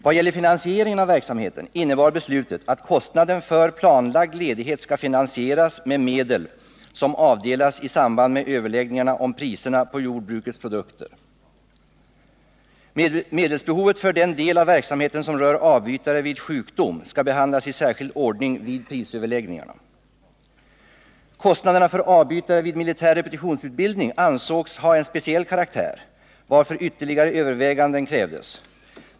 Vad gäller finansieringen av verksamheten innebar beslutet att kostnaden för planlagd ledighet skall finansieras med medel som avdelas i samband med överläggningarna om priserna på jordbrukets produkter. Medelsbehovet för den del av verksamheten som rör avbytare vid sjukdom skall behandlas i särskild ordning vid prisöverläggningarna. Kostnaderna för avbytare vid militär repetitionsutbildning ansågs ha en speciell karaktär varför ytterligare överväganden krävdes.